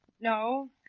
No